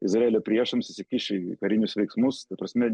izraelio priešams įsikiš į karinius veiksmus ta prasme